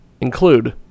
include